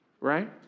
right